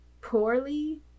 poorly